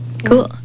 Cool